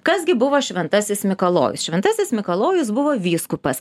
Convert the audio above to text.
kas gi buvo šventasis mikalojaus šventasis mikalojus buvo vyskupas